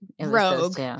rogue